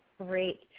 great.